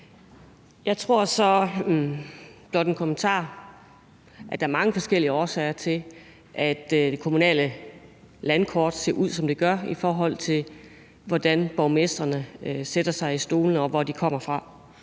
kommentar – at der er mange forskellige årsager til, at det kommunale landkort ser ud, som det gør, i forhold til hvordan borgmestrene sætter sig i stolene og hvor de kommer fra.